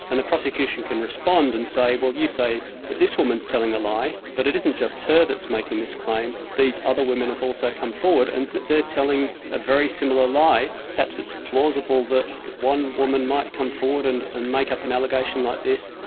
and the prosecution can respond and say, well, you say that this woman's telling a lie, but it isn't just her that's making this claim these other women have also come forward, and they're telling a very similar lie. perhaps it's plausible that one woman might come forward and and make up an allegation like this,